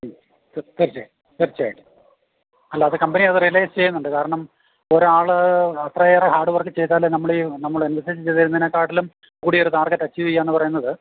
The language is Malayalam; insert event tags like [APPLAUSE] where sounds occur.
മ്മ് തീർച്ചയായും തീർച്ചയായിട്ടും അല്ലാതെ കമ്പനി അത് റിയലൈസ് ചെയ്യുന്നുണ്ട് കാരണം ഒരാൾ അത്രയേറെ ഹാർഡ് വർക്ക് ചെയ്താൽ നമ്മൾ ഈ നമ്മൾ [UNINTELLIGIBLE] ചെയ്തിരുന്നതിനേക്കാട്ടിലും കൂടിയ ഒരു ടാർഗറ്റ് അച്ചീവ് ചെയ്യുക എന്ന് പറയുന്നത്